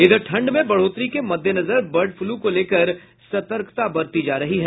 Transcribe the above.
इधर ठंड में बढ़ोतरी के मद्देनजर बर्ड फ्लू को लेकर सतर्कता बरती जा रही है